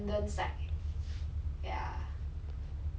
!aiya! 不用讲你 lah 我也是一样你你几岁去做工